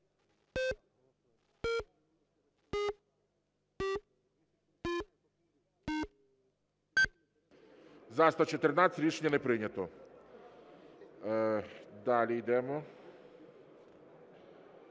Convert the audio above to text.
За-114 Рішення не прийнято. Далі йдемо.